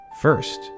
first